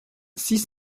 six